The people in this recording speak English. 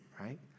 right